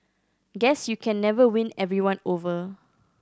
guess you can never win everyone over